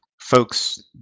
folks